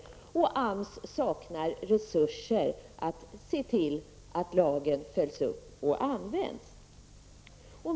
Dessutom saknar AMS resurser för att se till att lagen följs upp och används.